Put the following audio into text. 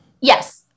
Yes